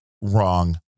wrong